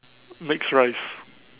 mixed rice